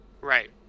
Right